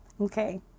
okay